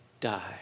die